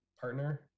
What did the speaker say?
partner